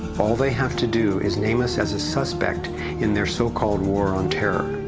all they have to do is name us as a suspect in their so-called war on terror.